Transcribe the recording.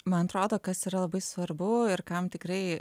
man atrodo kas yra labai svarbu ir kam tikrai